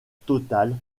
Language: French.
totale